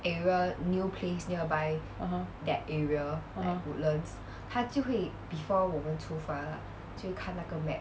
(uh huh) (uh huh)